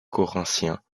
corinthiens